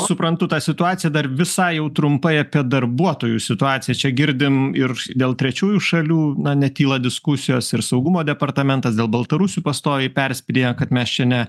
suprantu tą situaciją dar visai jau trumpai apie darbuotojų situaciją čia girdim ir dėl trečiųjų šalių na netyla diskusijos ir saugumo departamentas dėl baltarusių pastoviai perspėja kad mes čia ne